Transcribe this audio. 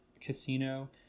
casino